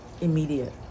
immediate